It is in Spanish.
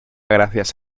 gracias